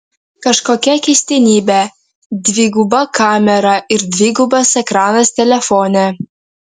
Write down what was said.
kažkokia keistenybė dviguba kamera ir dvigubas ekranas telefone